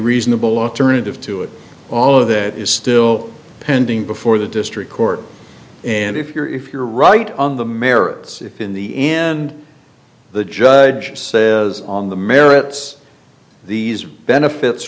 reasonable alternative to it all of that is still pending before the district court and if you're if you're right on the merits if in the end the judge says on the merits these benefits